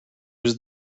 was